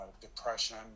depression